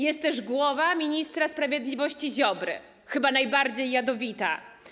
Jest też głowa ministra sprawiedliwości Ziobry, chyba najbardziej jadowita.